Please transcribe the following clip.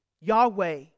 Yahweh